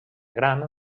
gran